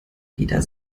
jeder